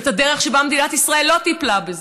ואת הדרך שבה מדינת ישראל לא טיפלה בזה,